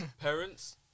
Parents